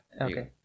okay